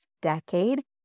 decade